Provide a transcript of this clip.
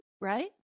right